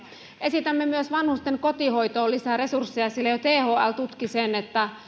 esitämme myös vanhusten kotihoitoon lisää resursseja sillä jo thl tutki sen että